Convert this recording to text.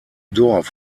dorf